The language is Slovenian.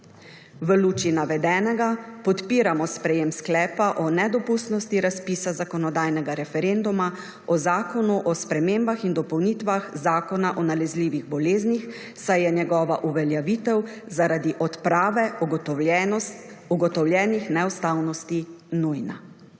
V luči navedenega podpiramo sprejetje sklepa o nedopustnosti razpisa zakonodajnega referenduma o Zakonu o spremembah in dopolnitvah Zakona o nalezljivih boleznih, saj je njegova uveljavitev zaradi odprave ugotovljenih neustavnosti nujna.